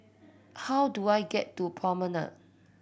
how do I get to Promenade